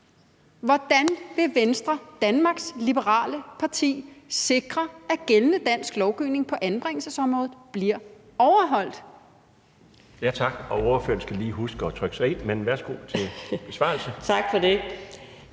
Hvordan vil Venstre, Danmarks Liberale Parti sikre, at gældende dansk lovgivning på anbringelsesområdet bliver overholdt?